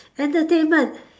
entertainment